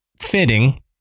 fitting